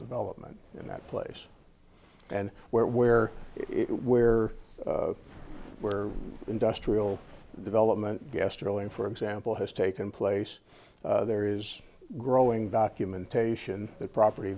development in that place and where where it where where industrial development gastro in for example has taken place there is growing documentation that property